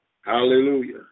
Hallelujah